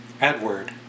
Edward